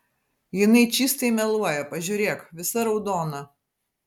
jinai čystai meluoja pažiūrėk visa raudona